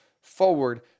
forward